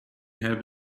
have